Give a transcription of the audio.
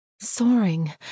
Soaring